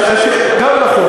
גם נכון.